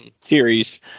Series